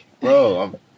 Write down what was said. bro